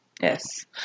Yes